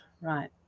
right